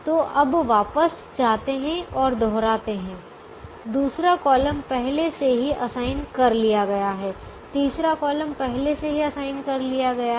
तो अब वापस जाते हैं और दोहराते हैं दूसरा कॉलम पहले से ही असाइन कर लिया गया है तीसरा कॉलम पहले से ही असाइन कर लिया गया है